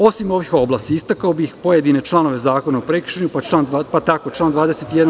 Osim ovih oblasti, istakao bih pojedine članove Zakona o prekršajima, pa tako član 22.